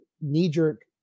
knee-jerk